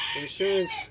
insurance